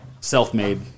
self-made